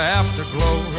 afterglow